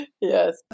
Yes